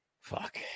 fuck